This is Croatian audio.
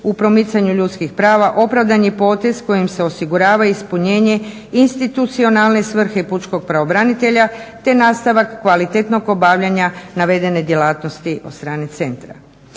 u promicanju ljudskih prava opravdan je potez kojim se osigurava ispunjenje institucionalne svrhe pučkog pravobranitelja, te nastavak kvalitetnog obavljanja navedene djelatnosti od strane centra.